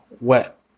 wet